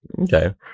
okay